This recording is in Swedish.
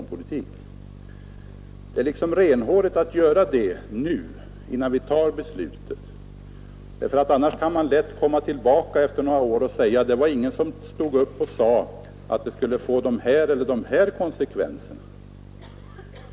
Det är renhårigt att göra det nu, innan vi fattar beslutet. Annars kan man lätt om några år komma tillbaka och säga att det var ingen som stod upp och sade att denna politik skulle få de och de konsekvenserna.